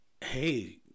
hey